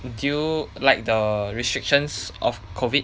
do you like the restrictions of COVID